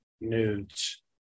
nudes